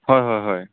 হয় হয় হয়